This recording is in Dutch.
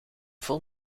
vol